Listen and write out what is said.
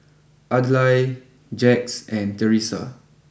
Adlai Jax and Theresa